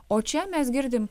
o čia mes girdim